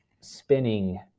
spinning